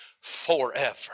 forever